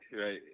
Right